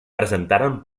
presentaren